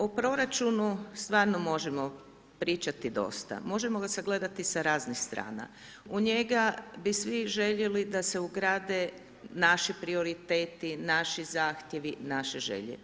O proračunu stvarno možemo pričati dosta, možemo ga sagledati sa raznih strana, u njega bi svi željeli da se ugrade naši prioriteti, naši zahtjevi, naše želje.